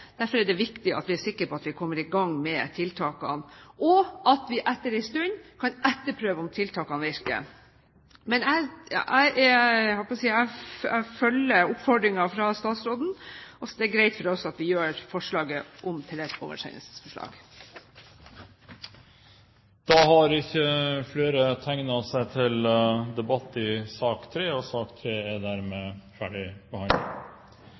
Derfor er det viktig at vi er sikre på at vi kommer i gang med tiltakene, og at vi etter en stund kan etterprøve om tiltakene virker. Men jeg følger oppfordringen fra statsråden og sier at det er greit for oss at vi gjør forslaget om til et oversendelsesforslag. Flere har ikke bedt om ordet til sak nr. 3. Etter ønske fra kirke-, utdannings- og